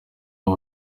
aba